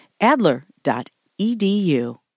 Adler.edu